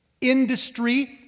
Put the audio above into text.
industry